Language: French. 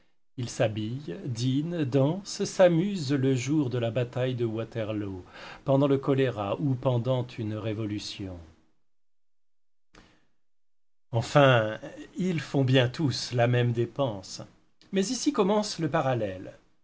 ils s'habillent dînent dansent s'amusent le jour de la bataille de waterloo pendant le choléra ou pendant une révolution enfin ils font bien tous la même dépense mais ici commence le parallèle